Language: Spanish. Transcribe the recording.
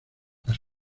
las